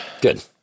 Good